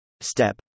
Step